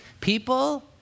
People